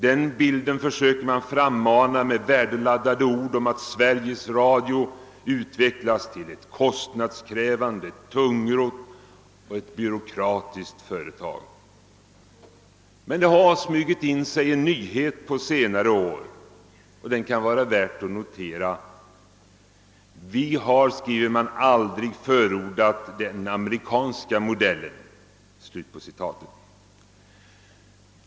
Den bilden försöker man frammana med värdeladdat tal om att Sveriges Radio utvecklats till ett kostnadskrävande, tungrott och byråkratiskt företag. Men det har under senare år smugit sig in en nyhet som kan vara värd att notera. Det framhålles nämligen, att man aldrig har förordat den amerikanska modellen.